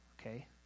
okay